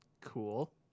Cool